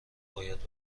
باید